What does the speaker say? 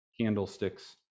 candlesticks